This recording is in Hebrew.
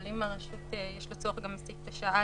אבל לרשות יש צורך גם בסעיף 9(א),